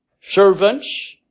servants